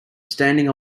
standing